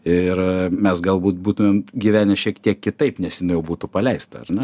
ir mes galbūt būtumėm gyvenę šiek tiek kitaip nes jinai jau būtų paleista ar ne